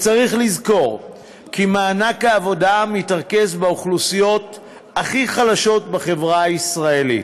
וצריך לזכור כי מענק העבודה מתרכז באוכלוסיות הכי חלשות בחברה הישראלית,